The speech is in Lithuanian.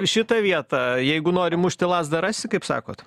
šitą vietą jeigu nori mušti lazdą rasi kaip sakot